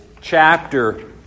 chapter